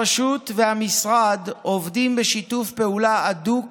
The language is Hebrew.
הרשות והמשרד עובדים בשיתוף פעולה הדוק